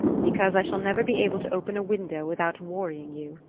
because i shall never be able to open a window without worrying you,